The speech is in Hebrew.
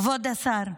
כבוד השר,